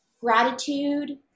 gratitude